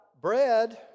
bread